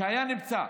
והיה נמצא.